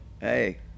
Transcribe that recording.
Hey